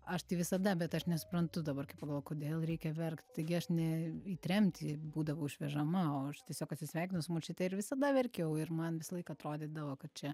aš tai visada bet aš nesuprantu dabar kai pagalvoju kodėl reikia verkt taigi aš ne į tremtį būdavau išvežama o aš tiesiog atsisveikinu su močiute ir visada verkiau ir man visąlaik atrodydavo kad čia